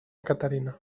caterina